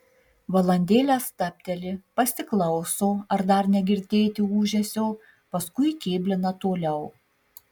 valandėlę stabteli pasiklauso ar dar negirdėti ūžesio paskui kėblina toliau